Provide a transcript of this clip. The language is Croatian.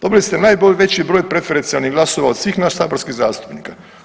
Dobili ste najveći broj preferencijalnih glasova od svih nas saborskih zastupnika.